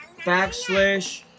backslash